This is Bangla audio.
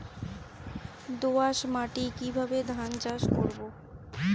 দোয়াস মাটি কিভাবে ধান চাষ করব?